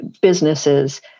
businesses